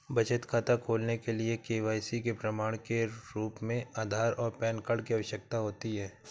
बचत खाता खोलने के लिए के.वाई.सी के प्रमाण के रूप में आधार और पैन कार्ड की आवश्यकता होती है